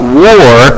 war